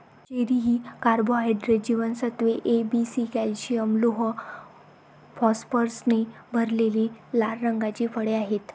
cherry ही carbohydrates, जीवनसत्त्वे A, B, C, calcium, लोह, फॉस्फरसने भरलेली लाल रंगाची फळे आहेत